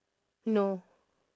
no